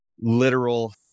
Literal